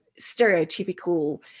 stereotypical